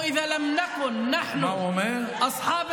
מה הוא אומר?